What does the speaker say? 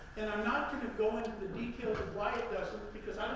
not going to go into the details of why it doesn't, because